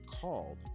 called